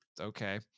okay